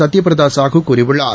சத்யபிரதா சாஹூ கூறியுள்ளார்